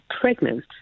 pregnant